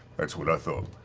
that's what i thought.